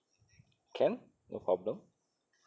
can no problem